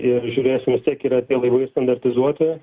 ir žiūrėsim vis tiek yra tie laivai standartizuoti